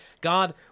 God